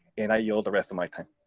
and i yield the rest of my time.